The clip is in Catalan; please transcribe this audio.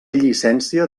llicència